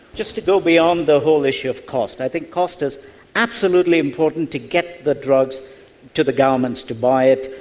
just to go beyond the whole issue of cost, i think cost is absolutely important to get the drugs to the governments to buy it,